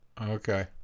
Okay